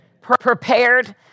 Prepared